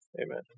amen